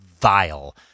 vile